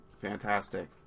fantastic